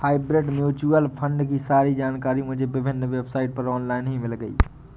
hybrid mutual fund की सारी जानकारी मुझे विभिन्न वेबसाइट पर ऑनलाइन ही मिल गयी